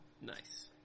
Nice